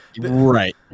right